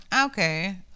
Okay